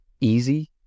easy